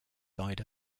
died